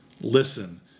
listen